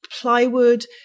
plywood